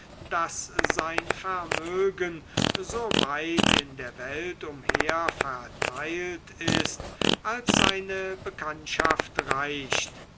daß sein vermögen so weit in der welt umher verteilt ist als seine bekanntschaft reicht